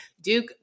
Duke